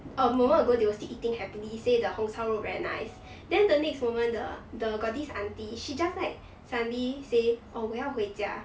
a moment ago they will still eating happily say the 红烧肉 very nice then the next moment the the got this aunty she just like suddenly say orh 我要回家